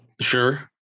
Sure